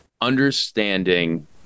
Understanding